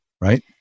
right